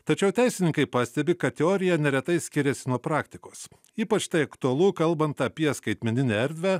tačiau teisininkai pastebi kad teorija neretai skiriasi nuo praktikos ypač tai aktualu kalbant apie skaitmeninę erdvę